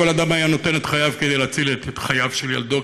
כל אדם היה נותן את חייו כדי להציל את חייו של ילדו,